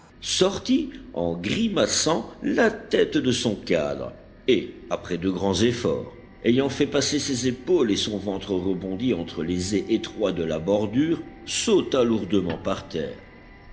sortit en grimaçant la tête de son cadre et après de grands efforts ayant fait passer ses épaules et son ventre rebondi entre les ais étroits de la bordure sauta lourdement par terre